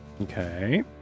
Okay